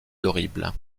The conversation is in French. horrible